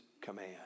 command